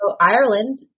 Ireland